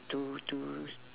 to to